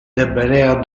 deberea